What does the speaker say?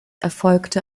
erfolgte